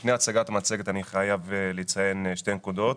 לפני הצגת המצגת אני חייב לציין שתי נקודות.